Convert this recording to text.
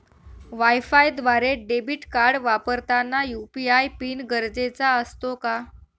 वायफायद्वारे debit card वापरताना UPI PIN गरजेचा असतो का?